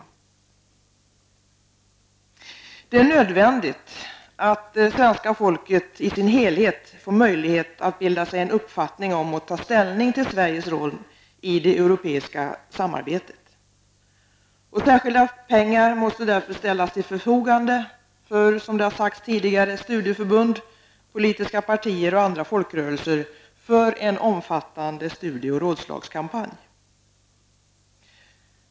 Det är nödvändigt att svenska folket i sin helhet får möjlighet att bilda sig en uppfattning om och ta ställning till Sveriges roll i det europeiska samarbetet. Särskilda pengar måste därför, som har sagts här tidigare, ställas till förfogande för studieförbund, politiska partier och andra folkrörelser för en omfattande studie och rådslagskampanj.